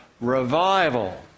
revival